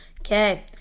Okay